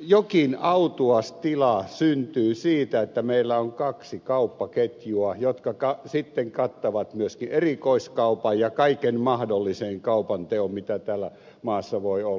jokin autuas tila syntyy siitä että meillä on kaksi kauppaketjua jotka sitten kattavat myöskin erikoiskaupan ja kaiken mahdollisen kaupanteon mitä täällä maassa voi olla